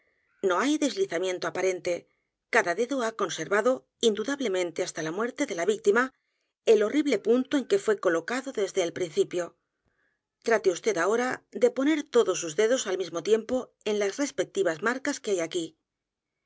no hay deslizamiento aparente cada dedo ha conservado indudablemente hasta la muerte de la víctima el horrible punto en que fué colocado desde el principio trate vd ahora de poner todos sus dedos al mismo tiempo en las respectivas marcas que hay aquí